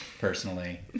personally